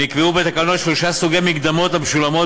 נקבעו בתקנות שלושה סוגי מקדמות המשולמות